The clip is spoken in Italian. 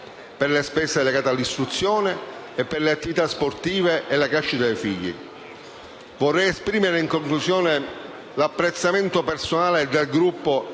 per le spese legate all'istruzione, alle attività sportive e alla crescita dei figli. Vorrei esprimere, in conclusione, l'apprezzamento personale e del Gruppo